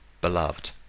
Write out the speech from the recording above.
beloved